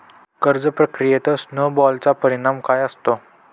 कर्ज प्रक्रियेत स्नो बॉलचा परिणाम काय असतो?